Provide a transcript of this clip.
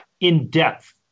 in-depth